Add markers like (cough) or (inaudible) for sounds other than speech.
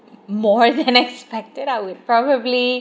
more than (laughs) expected I would probably